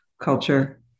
culture